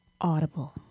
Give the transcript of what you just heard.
Audible